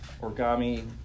origami